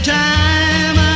time